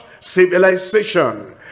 civilization